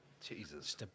Jesus